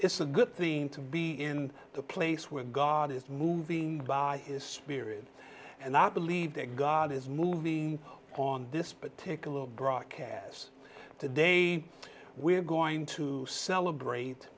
it's a good thing to be in the place where god is moving by his spirit and i believe that god is moving on this particular broadcast today we're going to celebrate